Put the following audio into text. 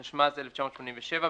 התשמ"ז-1987,